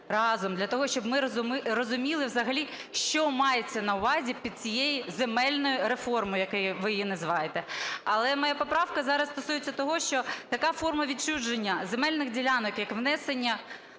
разом для того, щоб ми розуміли взагалі, що мається на увазі під цією земельною реформою, як ви її називаєте. Але моя поправка зараз стосується того, що така форма відчуження земельних ділянок як внесення